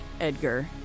Edgar